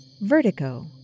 Vertigo